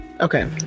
Okay